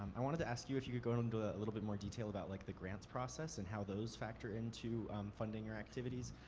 i wanted to ask you if you could go into a little bit more detail about like the grants process and how those factor into funding your activities.